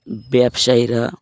ব্যবসায়ীরা